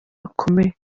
bakomeye